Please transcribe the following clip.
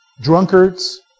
drunkards